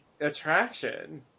attraction